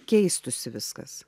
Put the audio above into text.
keistųsi viskas